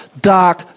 dark